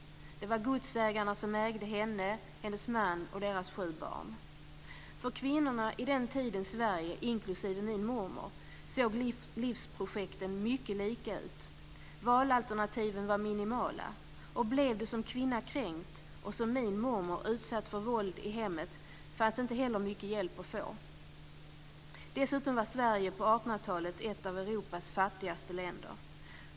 Det var godsägarna som ägde henne, hennes man och deras sju barn. För kvinnorna i den tidens Sverige, inklusive min mormor, såg livsprojekten mycket lika ut. Valalternativen var minimala. Blev du som kvinna kränkt och som min mormor utsatt för våld i hemmet fanns inte heller mycket hjälp att få. Dessutom var Sverige på 1800 talet ett av Europas fattigaste länder.